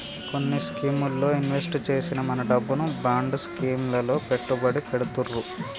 కొన్ని స్కీముల్లో ఇన్వెస్ట్ చేసిన మన డబ్బును బాండ్ స్కీం లలో పెట్టుబడి పెడతుర్రు